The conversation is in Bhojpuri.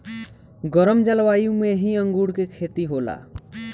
गरम जलवायु में ही अंगूर के खेती होला